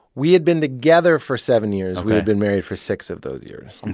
we had been together for seven years. we had been married for six of those years and